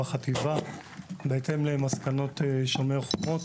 בהתאם למסקנות מ-"שומר החומות".